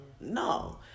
No